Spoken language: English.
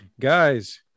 Guys